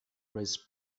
his